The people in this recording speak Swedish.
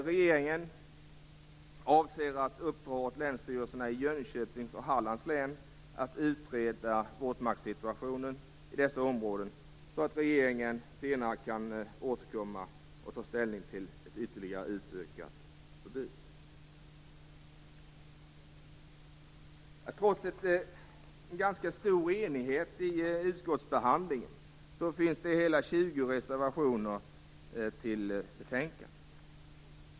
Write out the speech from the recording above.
Regeringen avser att uppdra åt länsstyrelserna i Jönköpings och Hallands län att utreda våtmarkssituationen i dessa områden, så att regeringen senare kan återkomma och ta ställning till ett ytterligare utökat förbud. Trots ganska stor enighet i utskottsbehandlingen finns det hela 20 reservationer till betänkandet.